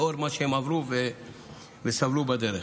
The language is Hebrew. לאור מה שהן עברו וסבלו בדרך.